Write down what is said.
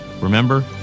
Remember